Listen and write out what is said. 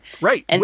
Right